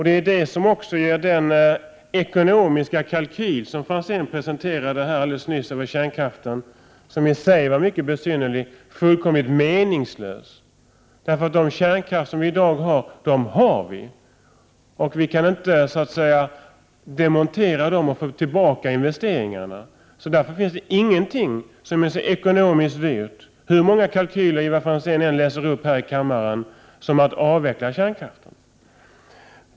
Det är också det som gör den ekonomiska kalkyl som Ivar Franzén presenterade alldeles nyss över kärnkraften — vilken i sig var mycket besynnerlig — fullkomligt meningslös. De kärnkraftverk vi i dag har, de har vi. Vi kan inte så att säga demontera dem och få tillbaka investeringarna. Därför finns det ingenting som är så ekonomiskt dyrt — hur många kalkyler Ivar Franzén än läser upp här i kammaren — som att avveckla kärnkraften.